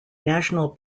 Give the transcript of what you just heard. national